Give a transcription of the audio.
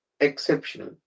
exceptional